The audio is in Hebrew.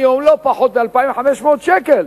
היום לא פחות מ-2,500 שקלים.